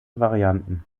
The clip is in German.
varianten